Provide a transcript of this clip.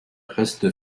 reste